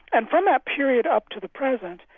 and from that period up to the present,